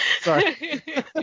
Sorry